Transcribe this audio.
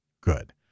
good